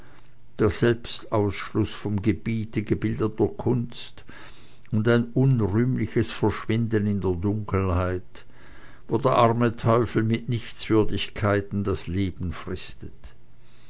der selbstausschluß vom gebiete gebildeter kunst und ein unrühmliches verschwinden in der dunkelheit wo arme teufel mit nichtswürdigkeiten das leben fristen